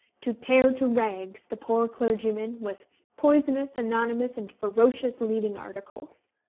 to tear to rags the poor clergyman with poisonous, anonymous, and ferocious leading articles.